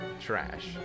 Trash